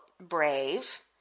brave